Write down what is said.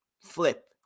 flip